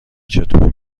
چطور